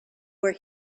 where